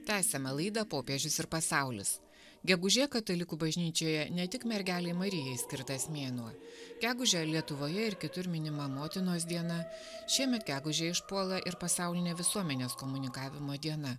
tęsiame laidą popiežius ir pasaulis gegužė katalikų bažnyčioje ne tik mergelei marijai skirtas mėnuo gegužę lietuvoje ir kitur minima motinos diena šiemet gegužę išpuola ir pasaulinė visuomenės komunikavimo diena